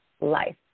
life